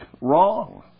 wrong